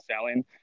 selling